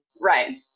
Right